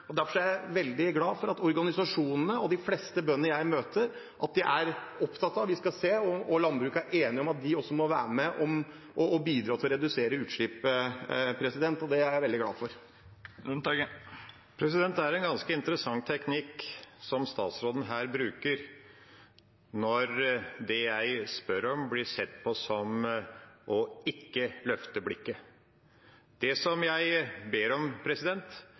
er jeg veldig glad for at organisasjonene og de fleste bøndene jeg møter, er opptatt av at vi skal se på dette, og at man i landbruket er enige om at de også må være med på å bidra til å redusere utslippet. Det er jeg veldig glad for. Det er en ganske interessant teknikk statsråden her bruker, når det jeg spør om, blir sett på som ikke å løfte blikket. Det jeg ber om,